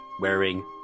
wearing